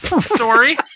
story